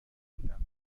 بودم